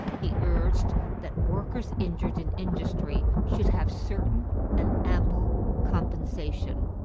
he urged that workers injured in industry should have certain and ample compensation.